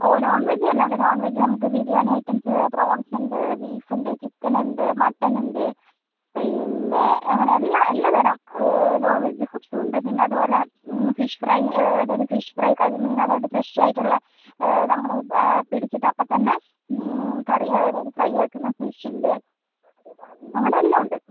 ഓ non veg തന്നെ ഇവിടെ non veg നമുക്ക് ബിരിയാണി ഐറ്റംസ് പ്രോൺസ് ഉണ്ട് ബീഫ് ഉണ്ട് ചിക്കൻ ഉണ്ട് മട്ടൻ ഉണ്ട് പിന്നെ അങ്ങനെ എല്ലാ എല്ലാ തരം നോൺ വെജ് ഫുഡ്സും ഉണ്ട് അതുപോലെ ഫിഷ് ഫ്രൈ അതായത് ഫിഷ് ഫ്രൈ കരിമീൻ അതായത് ഫ്രഷ് ആയിട്ടുള്ള നമ്മൾ പിടിച്ചിട്ട് അപ്പം തന്നെ കറി അതായത് ഫ്രൈ ആക്കുന്ന ഫിഷ് ഉണ്ട് അങ്ങനെയെല്ലാം ഉണ്ട്